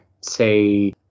say